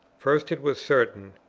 first it was certain,